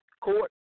Court